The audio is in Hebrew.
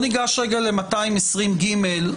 ניגש ל-220ג,